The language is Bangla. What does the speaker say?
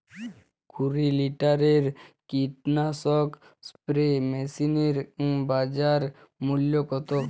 কুরি লিটারের কীটনাশক স্প্রে মেশিনের বাজার মূল্য কতো?